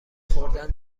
خوردن